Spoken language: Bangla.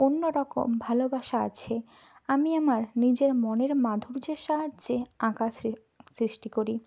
অন্য রকম ভালোবাসা আছে আমি আমার নিজের মনের মাধুর্যের সাহায্যে আঁকা শ্রে সৃষ্টি করি